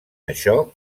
això